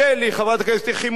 חברת הכנסת יחימוביץ,